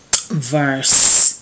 verse